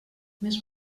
més